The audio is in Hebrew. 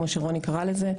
כמו שרוני קראה לזה.